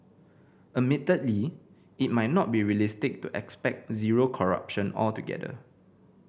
admittedly it might not be realistic to expect zero corruption altogether